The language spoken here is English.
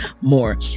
more